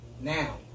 now